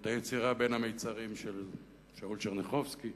את היצירה "בין המצרים" של שאול טשרניחובסקי.